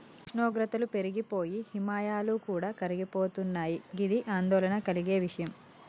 ఉష్ణోగ్రతలు పెరిగి పోయి హిమాయాలు కూడా కరిగిపోతున్నయి గిది ఆందోళన కలిగే విషయం